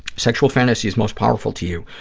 sexual fantasies most powerful to you.